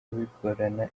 bigorana